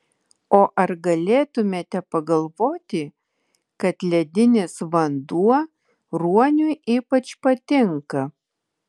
o ar galėtumėte pagalvoti kad ledinis vanduo ruoniui ypač patinka